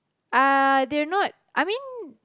uh they're not I mean